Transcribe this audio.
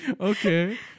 Okay